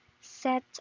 set